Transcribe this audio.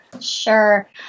Sure